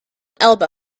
elba